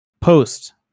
post